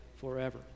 forever